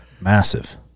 massive